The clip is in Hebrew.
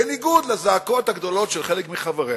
בניגוד לזעקות הגדולות של חלק מחבריה,